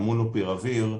ה-Mulnopiravir,